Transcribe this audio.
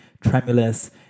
tremulous